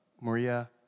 Maria